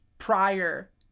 Prior